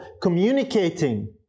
communicating